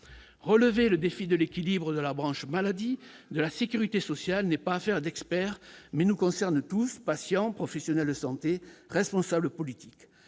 relever le défi de l'équilibre de la branche maladie de la Sécurité sociale n'est pas affaire d'experts mais nous concerne tous, patients, professionnels de santé, responsables politiques,